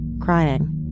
crying